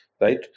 right